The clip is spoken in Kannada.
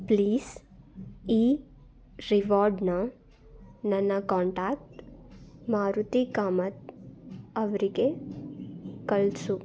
ಪ್ಲೀಸ್ ಈ ರಿವಾಡ್ನ ನನ್ನ ಕಾಂಟ್ಯಾಕ್ಟ್ ಮಾರುತಿ ಕಾಮತ್ ಅವರಿಗೆ ಕಳಿಸು